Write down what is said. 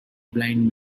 blind